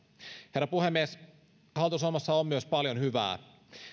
herra puhemies hallitusohjelmassa on myös paljon hyvää